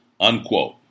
Unquote